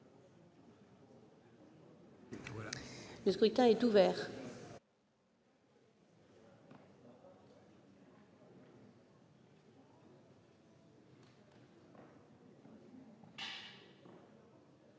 Le scrutin est ouvert.